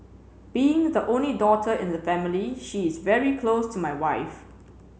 being the only daughter in the family she is very close to my wife